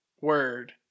word